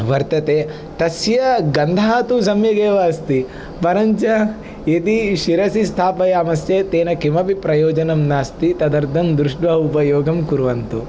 वर्तते तस्य गन्धाः तु सम्यगेव अस्ति परञ्च यदि शिरसि स्थापयामश्चेत् तेन किमपि प्रयोजनं नास्ति तदर्थं दृष्टवा उपयोगं कुर्वन्तु